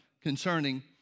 concerning